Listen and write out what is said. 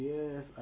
Yes